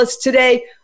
today